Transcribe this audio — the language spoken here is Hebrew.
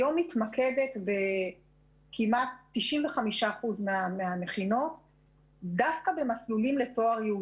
היום מתמקדת בכמעט 95% מהמכינות דווקא במסלולים ייעודיים לתואר.